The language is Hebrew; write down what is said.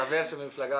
חבר ממפלגה